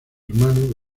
hermano